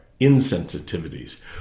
insensitivities